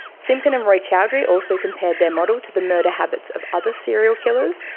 simkin and roychowdhury also compared their model to the murder habits of other serial killers,